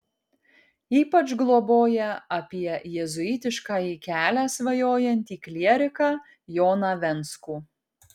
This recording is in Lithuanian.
ypač globoja apie jėzuitiškąjį kelią svajojantį klieriką joną venckų